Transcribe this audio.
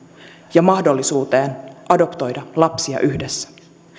ja mahdollisuuteen adoptoida lapsia yhdessä